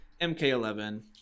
mk11